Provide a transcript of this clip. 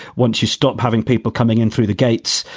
once you stop having people coming in through the gates,